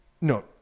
no